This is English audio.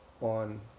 on